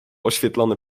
oświetlony